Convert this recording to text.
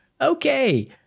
Okay